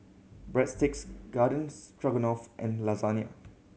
Breadsticks Garden Stroganoff and Lasagna